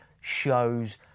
shows